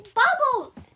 bubbles